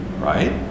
right